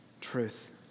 truth